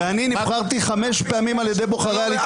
אני נבחרתי חמש פעמים על ידי בוחרי הליכוד.